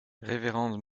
révérende